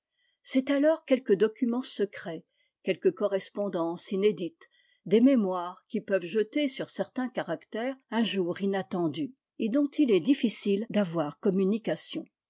c'est alors quelque document secret quelque correspondance médite des mémoires qui peuvent jeter sur certains caractères un jour inattendu et dont il est d'avoir communication